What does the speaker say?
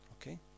Okay